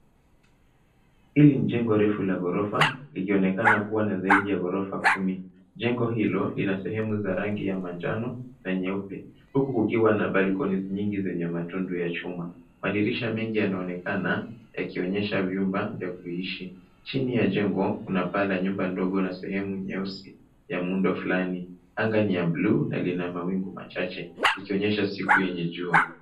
Hili ni jengo refu la gorofa likionekana kuwa na zaidi ya gorofa kumi. Jengo hilo lina sehemu za rangi ya manjano na nyeupe huku kukiwa na balconies nyingi zenye matundu ya chuma. Madirisha mengi yanaonekana yakionyesha vyumba vya kuishi. Chini ya jengo kuna paa la nyumba ndogo na sehemu nyeusi ya muundo fulani. Anga ni ya buluu na lina mawingu machache ikionyesha siku yenye jua.